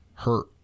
Hurt